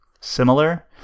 similar